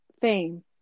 fame